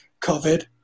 COVID